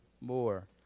more